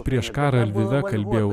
prieš karą lvive kalbėjau